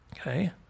Okay